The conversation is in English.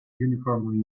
uniformly